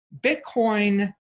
Bitcoin